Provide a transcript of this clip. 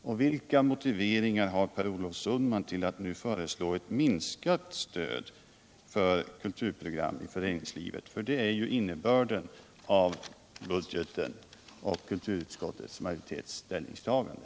Vilka motiveringar har Per Olof Sundman för att nu föreslå ett minskat stöd till kulturprogram inom föreningslivet? Det är ju innebörden av budgeten och kulturutskottets majoritets ställningstagande.